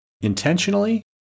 intentionally